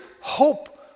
hope